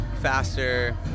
faster